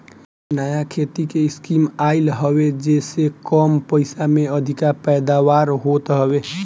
नया खेती के स्कीम आइल हवे जेसे कम पइसा में अधिका पैदावार होत हवे